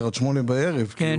מ-08:00 בבוקר עד 20:00 בערב, הוא